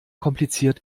kompliziert